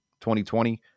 2020